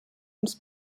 ums